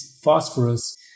phosphorus